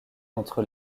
entre